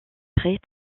très